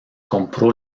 compró